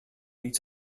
each